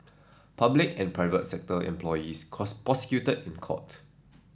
public and private sector employees cause prosecuted in court